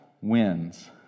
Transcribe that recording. wins